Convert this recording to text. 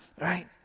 right